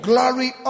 Glory